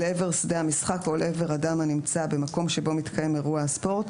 לעבר שדה המשחק או לעבר אדם הנמצא במקום שבו מתקיים אירוע הספורט,